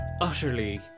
Utterly